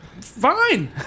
fine